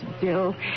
Bill